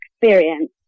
experience